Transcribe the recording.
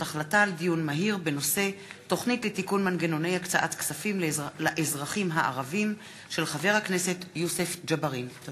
דיון מהיר בהצעה של חבר הכנסת יוסף ג'בארין בנושא: